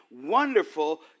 wonderful